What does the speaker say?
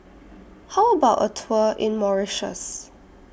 How about A Tour in Mauritius